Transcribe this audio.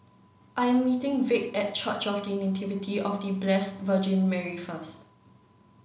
I am meeting Vic at Church of The Nativity of The Blessed Virgin Mary first